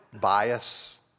bias